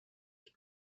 ich